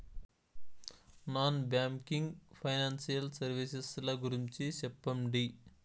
Non banking financial services ల గురించి సెప్పండి?